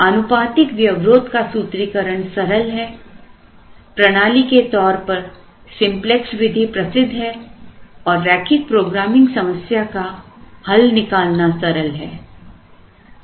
अनुपातिक व्यवरोध का सूत्रीकरण सरल है प्रणाली के तौर पर सिंपलेक्स विधि प्रसिद्ध है और रैखिक प्रोग्रामिंग समस्या का हल निकालना सरल है